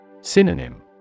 Synonym